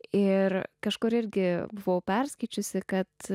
ir kažkur irgi buvau perskaičiusi kad